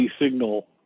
signal